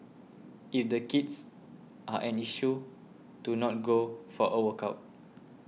if the kids are an issue to not go for a workout